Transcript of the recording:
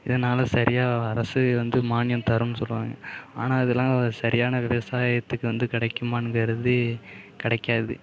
இதனால் சரியாக அரசு வந்து மானியம் தரும்னு சொல்கிறாங்க ஆனால் அதெல்லாம் சரியான விவசாயத்துக்கு வந்து கிடைக்குமானுங்கிறது கிடைக்காது